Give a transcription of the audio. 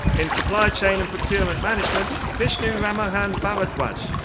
in supply chain and procurement management, vishnu rammohan bharadwaj.